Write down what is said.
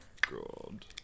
God